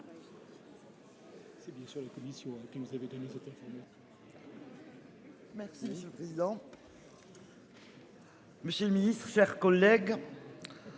Monsieur le Ministre, chers collègues.